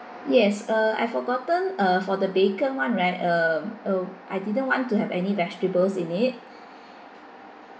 yes uh I forgotten uh for the bacon one right um uh I didn't want to have any vegetables in it